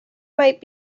might